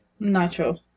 Nacho